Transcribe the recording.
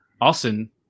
Austin